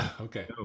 okay